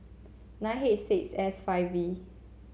nine H six S five V